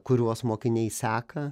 kuriuos mokiniai seka